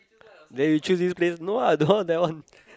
then you choose place no lah no that one